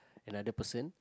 another person